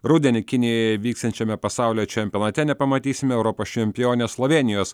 rudenį kinijoje vyksiančiame pasaulio čempionate nepamatysime europos čempionės slovėnijos